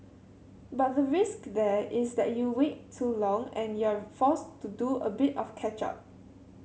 but the risk there is that you wait too long and you're forced to do a bit of catch up